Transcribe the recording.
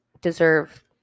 deserve